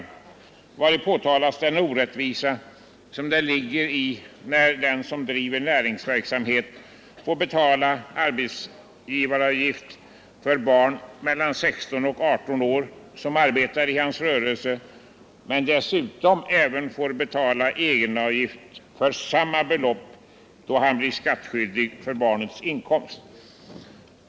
I denna motion påtalas den orättvisa som föreligger när den som bedriver näringsverksamhet får betala arbetsgivaravgift för barn mellan 16 och 18 år som arbetar i hans rörelse men dessutom även får betala egenavgift för samma belopp, då han blir skattskyldig för barnets inkomst.